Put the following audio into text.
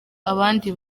abandi